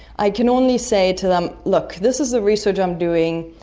i can only say to them, look, this is the research i'm doing,